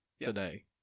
today